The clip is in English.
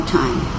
time